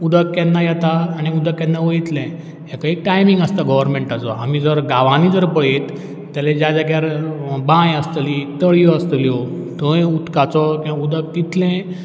उदक केन्ना येता आनी उदक केन्ना वयतलें हेका एक टायमींग आसता गोवोरमेंटाचो आमी जर गांवांनी जर पयत जाल्यार ज्या जाग्यार बांय आसतली तळी आसतल्यो थंय उदकाचो उदक तितलें